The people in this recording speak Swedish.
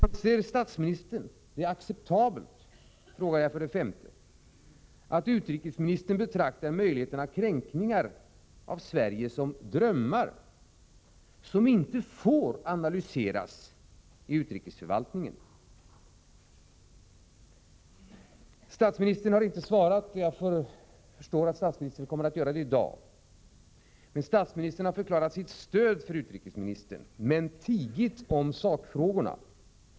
Anser statsministern det acceptabelt att utrikesministern betraktar möjligheten av kränkningar av Sverige som ”drömmar”, som inte får analyseras i utrikesförvaltningen? Statsministern har inte svarat, men jag förstår att han kommer att göra det i dag. Statsministern har emellertid förklarat att han stöder utrikesministern, men han har tigit om sakfrågorna.